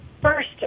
first